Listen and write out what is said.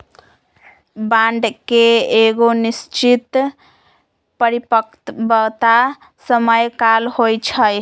bond के एगो निश्चित परिपक्वता समय काल होइ छइ